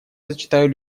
зачитаю